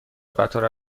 قطار